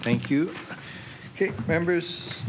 thank you members